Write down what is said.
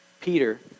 Peter